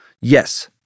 Yes